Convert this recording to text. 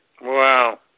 Wow